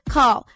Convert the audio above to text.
Call